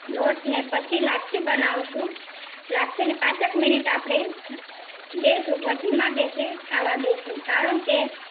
લોટને પછી લાપસી બનાવીશું લાપસીને પાંચેક મિનિટ આપણે ગેસ ઉપર ધીમા ગેસે થવા દઈશું કારણ કે